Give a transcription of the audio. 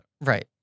Right